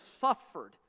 suffered